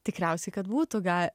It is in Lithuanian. tikriausiai kad būtų gal